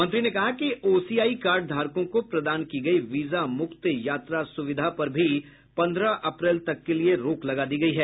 मंत्री ने कहा कि ओसीआई कार्ड धारकों को प्रदान की गई वीजा मुक्त यात्रा सुविधा पर भी पन्द्रह अप्रैल तक के लिए रोक लगा दी गई है